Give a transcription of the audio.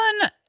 one